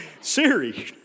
Siri